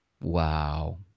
Wow